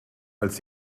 als